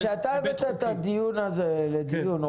כשאתה הבאת את הנושא הזה לדיון,